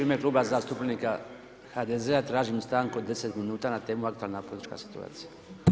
U ime Kluba zastupnika HDZ-a tražim stanku od 10 minuta na temu aktualna politička situacija.